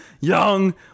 young